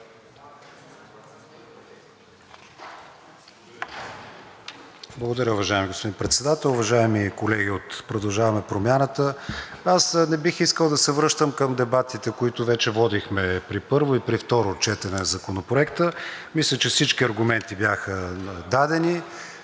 Благодаря, уважаеми господин Председател. Уважаеми колеги от „Продължаваме Промяната“, аз не бих искал да се връщам към дебатите, които вече водихме при първо и при второ четене за Законопроекта. Мисля, че всички аргументи бяха дадени.